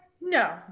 no